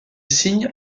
signe